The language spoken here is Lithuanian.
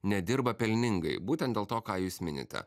nedirba pelningai būtent dėl to ką jūs minite